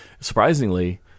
surprisingly